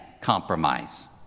compromise